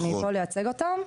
אני פה לייצג אותם.